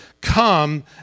come